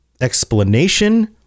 explanation